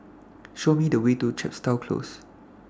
Show Me The Way to Chepstow Close